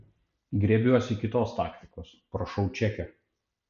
griebiuosi kitos taktikos prašau čekio